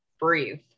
breathe